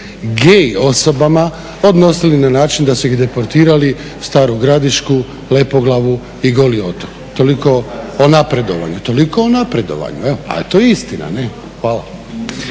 gay osobama odnosili na način da su ih deportirali u Staru Gradišku, Lepoglavu i Goli otok. Toliko o napredovanju, toliko o napredovanju, ali to je istina. Hvala.